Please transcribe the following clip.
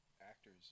actors